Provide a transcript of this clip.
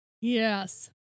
Yes